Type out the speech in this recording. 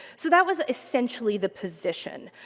so that was essentially the position.